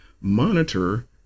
monitor